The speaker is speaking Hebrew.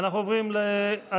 ואנחנו עוברים להצבעה,